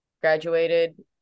graduated